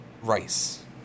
rice